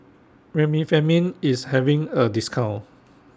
Remifemin IS having A discount